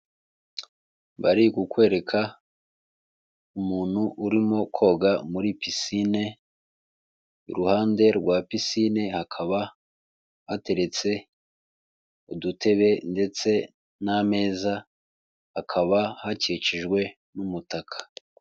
Bari kukwereka umuntu urimo koga muri pisine, iruhande rwa pisine hakaba hateretse udutebe ndetse n'ameza, hakaba hakikijwe n'umutaka.